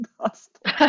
lost